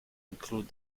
include